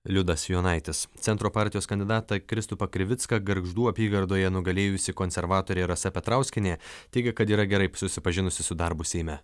liudas jonaitis centro partijos kandidatą kristupą krivicką gargždų apygardoje nugalėjusi konservatorė rasa petrauskienė teigia kad yra gerai susipažinusi su darbu seime